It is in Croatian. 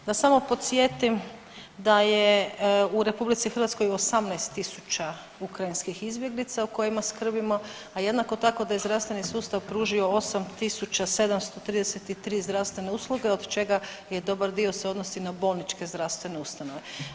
Da samo podsjetim da je u RH 18.000 ukrajinskih izbjeglica o kojima skrbimo, a jednako tako da je zdravstveni sustav pružio 8.733 zdravstvene usluge od čega je dobar dio se odnosi na bolničke zdravstvene ustanove.